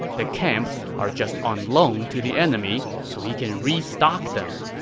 the camps are just on loan to the enemy so he can restock them.